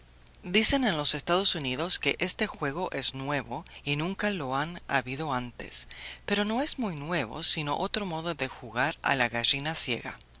dicen en los estados unidos que este juego es nuevo y nunca lo ha habido antes pero no es muy nuevo sino otro modo de jugar a la gallina ciega